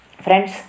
Friends